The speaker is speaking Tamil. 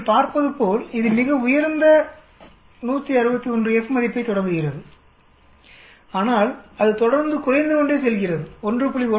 நீங்கள் பார்ப்பதுபோல் இது மிக உயர்ந்த 161 F மதிப்பைத் தொடங்குகிறது ஆனால் அது தொடர்ந்து குறைந்து கொண்டே செல்கிறது 1